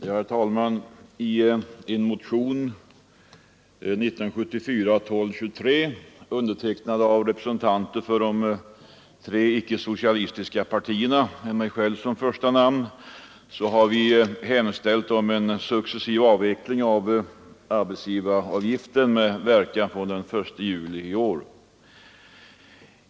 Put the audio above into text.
Herr talman! I en motion, 1974:1223, undertecknad av representanter för de tre icke socialistiska partierna med mig själv som första namn har vi hemställt om en successiv avveckling av arbetsgivaravgiften med verkan från den 1 juli i år.